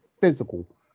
physical